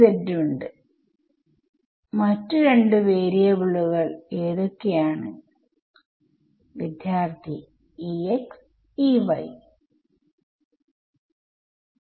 ഇതെല്ലാം ഒരേ സമയത്താണ് സംഭവിക്കുന്നത് പക്ഷെ സ്പേസിലെ വ്യത്യസ്ത സ്ഥാനങ്ങളിൽ ആയിരിക്കും